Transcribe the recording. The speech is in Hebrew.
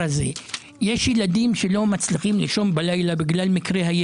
כל הפעולות שנוגעות באנשים עם מוגבלות,